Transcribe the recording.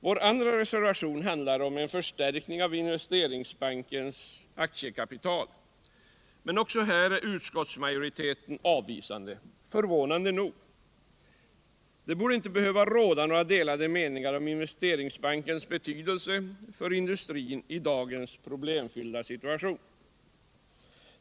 Vår andra reservation handlar om en förstärkning av Investeringsbankens aktiekapital, men också här är utskottsmajoriteten, förvånande nog, avvisande. Det borde inte behöva råda några delade meningar om Investeringsbankens betydelse för industrin i dagens problemfyllda situation.